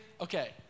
okay